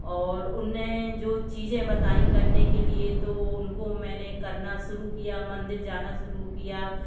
और उनने जो चीज़ें बताईं करने के लिए तो उनको मैंने करना शुरू किया मंदिर जाना शुरू किया